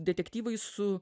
detektyvai su